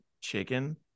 chicken